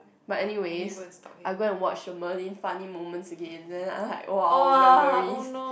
but anyways I go and watch the Merlin funny moments again then I like !wow! memories